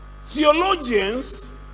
Theologians